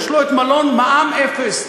יש לו בלון מע"מ אפס.